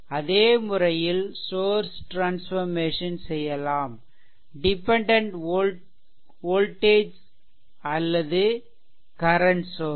அதே முறையில் source transformation செய்யலாம் டிபெண்டென்ட் வோல்டேஜ் அல்லது or கரன்ட் சோர்ஸ்